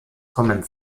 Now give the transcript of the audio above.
kommen